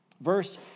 Verse